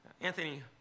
Anthony